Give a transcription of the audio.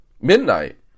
Midnight